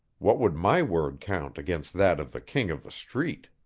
what would my word count against that of the king of the street?